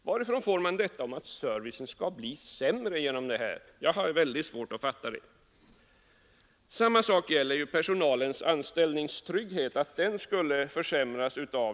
Varifrån får man detta att servicen skall bli sämre? Jag har väldigt svårt att fatta det. Samma sak gäller påståendet att personalens anställningstrygghet skulle försämras.